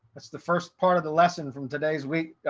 that's the first part of the lesson from today's week.